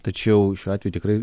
tačiau šiuo atveju tikrai